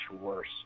worse